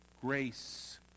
Grace